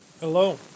Hello